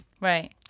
Right